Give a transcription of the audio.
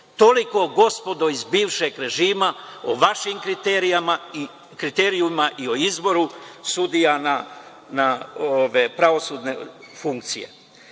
Toliko, gospodo iz bivšeg režima, o vašim kriterijumima i o izboru sudija na pravosudne funkcije. Dolaskom